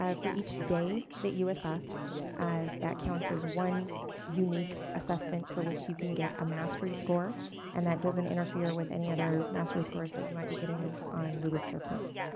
um for each day that you assess that counts as one unique assessment for which you can get a mastery score and that doesn't interfere with any other mastery scores that you might be getting on rubrics or courses.